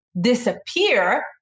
disappear